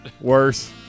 Worse